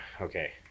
Okay